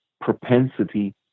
propensity